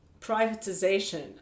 privatization